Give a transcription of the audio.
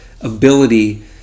ability